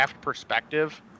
perspective